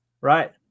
right